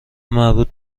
مربوط